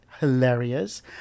hilarious